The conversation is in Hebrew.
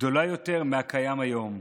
גדולה יותר מהקיים היום.